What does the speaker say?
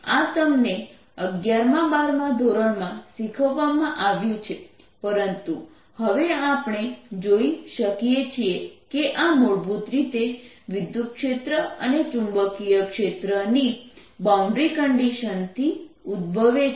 આ તમને અગિયારમાં બારમાં ધોરણમાં શીખવવામાં આવ્યું છે પરંતુ હવે આપણે જોઈ શકીએ છીએ કે આ મૂળભૂત રીતે વિદ્યુતક્ષેત્ર અને ચુંબકીય ક્ષેત્રની બાઉન્ડ્રી કન્ડિશનથી ઉદભવે છે